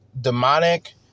demonic